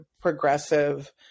progressive